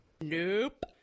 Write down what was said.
Nope